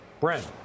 Brent